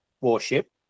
warship